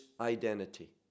identity